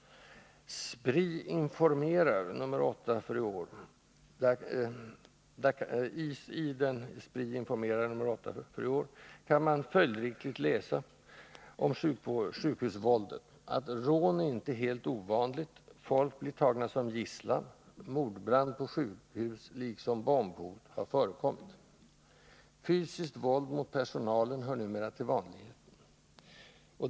Det är därför följdriktigt att man i tidningen Spri informerar, nr 8 för i år, kan läsa om sjukhusvåldet att ”rån är inte helt ovanligt, folk blir tagna som gisslan, mordbrand på sjukhus, liksom bombhot har förekommit”. Fysiskt våld mot personalen hör numera till vanligheten.